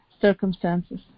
circumstances